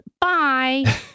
Bye